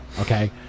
okay